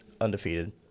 undefeated